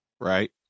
right